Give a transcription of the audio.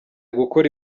gukora